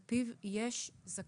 על פיו יש זכאות